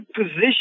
position